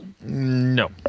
No